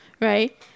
Right